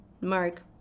Mark